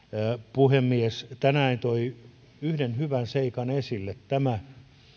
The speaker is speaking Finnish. puhemies tänään toi yhden hyvän seikan esille tämä